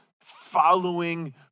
following